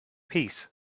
piece